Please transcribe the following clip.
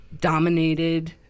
dominated